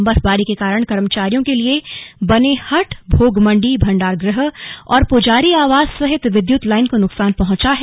बर्फवारी के कारण कर्मचारियों के लिए बने हट भोग मंडी भंडार गृह और पुजारी आवास सहित विद्युत लाइन को नुकसान पहुंचा है